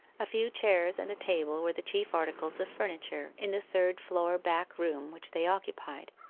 a few chairs and a table were the chief articles of furniture in the third-floor back room which they occupied.